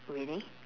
really